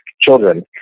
children